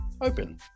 open